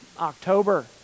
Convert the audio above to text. October